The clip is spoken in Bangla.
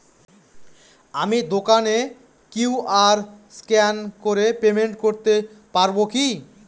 আমি দোকানে কিউ.আর স্ক্যান করে পেমেন্ট করতে পারবো কি?